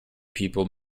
people